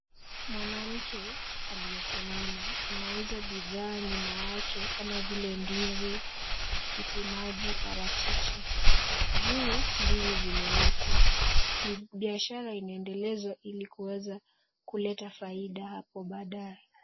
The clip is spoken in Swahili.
Mwanamke aliyesimama, anauza bidhaa nyuma yake kama vile ndizi, tikitimaji, parachichi. Juu ndizi zimewekwa. Biashara inaendelezwa ili kuweza kuleta faida hapo baadae.